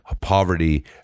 poverty